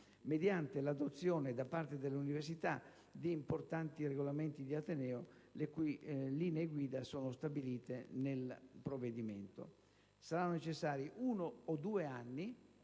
mediante l'adozione da parte delle università di importanti regolamenti di ateneo, le cui linee guida sono stabilite nel provvedimento. Saranno necessari uno o due anni